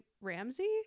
Ramsey